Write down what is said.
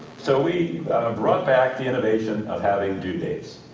so we ah brought back the innovation of having due dates.